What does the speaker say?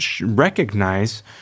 recognize